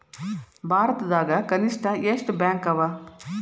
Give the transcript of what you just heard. ಭಾರತದಾಗ ಕನಿಷ್ಠ ಎಷ್ಟ್ ಬ್ಯಾಂಕ್ ಅವ?